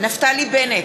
נפתלי בנט,